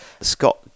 Scott